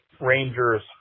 Rangers